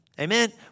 Amen